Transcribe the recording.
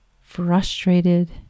frustrated